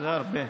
זה הרבה.